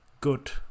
good